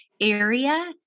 area